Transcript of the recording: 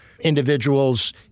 individuals